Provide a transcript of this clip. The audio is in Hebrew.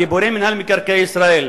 גיבורי מינהל מקרקעי ישראל,